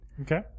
okay